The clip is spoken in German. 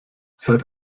seit